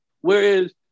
whereas